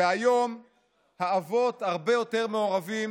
והיום האבות הרבה יותר מעורבים